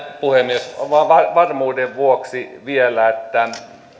puhemies varmuuden vuoksi vielä että